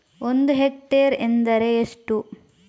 ಒಂದು ಹೆಕ್ಟೇರ್ ಎಂದರೆ ಎಷ್ಟು?